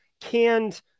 canned